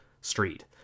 street